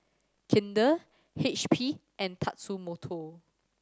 Kinder H P and Tatsumoto